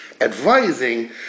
advising